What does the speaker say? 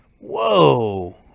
Whoa